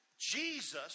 Jesus